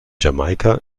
jamaika